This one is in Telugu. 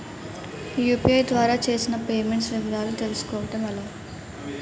యు.పి.ఐ ద్వారా చేసిన పే మెంట్స్ వివరాలు తెలుసుకోవటం ఎలా?